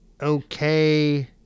okay